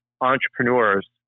entrepreneurs